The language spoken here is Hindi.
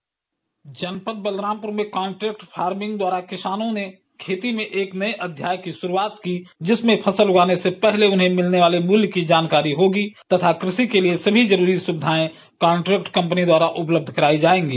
बलरामपुर प्रतिनिधि की एक रिपोर्ट कांट्रैक्ट फार्मिंग द्वारा किसानों ने खेती में एक नए अध्याय की शुरुआत की जिसमें फसल उगाने से पहले उन्हें मिलने वाले मूल्य की जानकारी होगी तथा क़षि के लिए सभी जरूरी सुविधाएं कॉन्ट्रैक्ट कंपनी द्वारा उपलब्ध कराई जाएगी